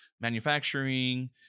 manufacturing